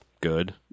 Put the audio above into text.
good